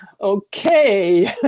okay